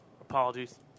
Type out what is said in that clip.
Apologies